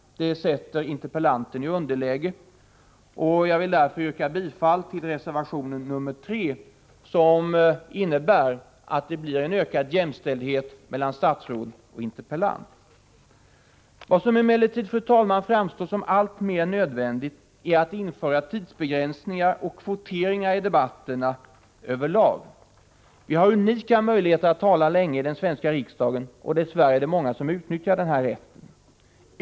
Det sätter interpellanten i underläge. Jag vill därför yrka bifall till reservation 3, som innebär att det blir en ökad jämställdhet mellan statsråd och interpellant. Fru talman! Vad som emellertid framstår som alltmer nödvändigt är att införa tidsbegränsningar och kvoteringar i debatterna över lag. Vi har i den svenska riksdagen unika möjligheter att tala länge, och dess värre är det många som utnyttjar denna rätt.